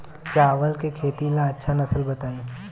चावल के खेती ला अच्छा नस्ल बताई?